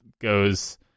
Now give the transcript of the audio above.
goes